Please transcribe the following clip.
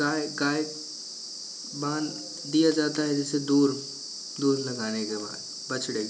गाय गाय बाँध दी जाती है जिसे दूर दूध लगाने के बाद बछड़े को